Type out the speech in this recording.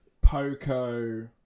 poco